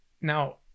now